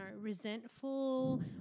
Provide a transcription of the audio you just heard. resentful